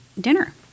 dinner